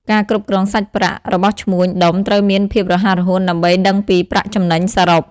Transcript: ការគ្រប់គ្រងសាច់ប្រាក់ របស់ឈ្មួញដុំត្រូវមានភាពរហ័សរហួនដើម្បីដឹងពីប្រាក់ចំណេញសរុប។